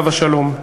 עליו השלום.